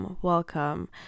Welcome